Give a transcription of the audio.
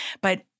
But-